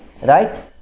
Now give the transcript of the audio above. Right